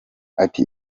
ati